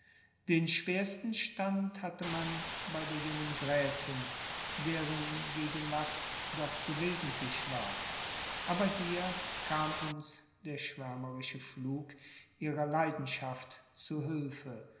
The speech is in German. den schwersten stand hatte man bei der jungen gräfin deren gegenwart doch so wesentlich war aber hier kam uns der schwärmerische flug ihrer leidenschaft zu hülfe